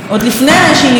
ביום הבחירות,